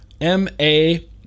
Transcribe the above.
M-A